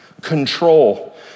control